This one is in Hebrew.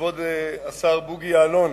וכבוד השר בוגי יעלון: